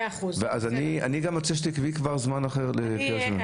אני רוצה שכבר תקבעי זמן אחר לדיון.